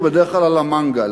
הוא בדרך כלל על המנגל.